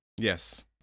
Yes